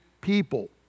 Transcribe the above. people